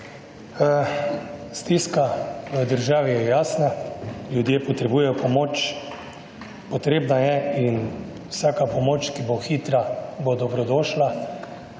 Stiska v državi je jasna, ljudje potrebujejo pomoč, potrebna je in vsaka pomoč, ki bo hitra bo dobrodošla.